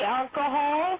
alcohol